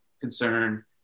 concern